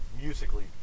musically